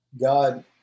God